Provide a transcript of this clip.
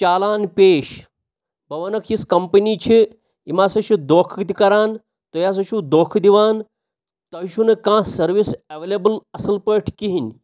چالان پیش بہٕ وَنَکھ یَِژھ کَمپٔنی چھِ یِم ہَسا چھِ دھوکہٕ تہِ کَران تُہۍ ہَسا چھُو دھوکہٕ دِوان تۄہہِ چھُو نہٕ کانٛہہ سٔروِس ایٚویلیبُل اَصٕل پٲٹھۍ کِہیٖنٛۍ